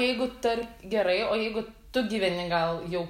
jeigu tar gerai o jeigu tu gyveni gal jau